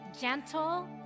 gentle